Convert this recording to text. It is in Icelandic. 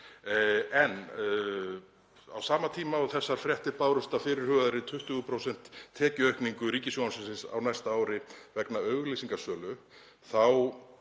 Á sama tíma og þessar fréttir bárust af fyrirhugaðri 20% tekjuaukningu Ríkisútvarpsins á næsta ári vegna auglýsingasölu þá